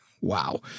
Wow